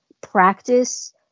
practice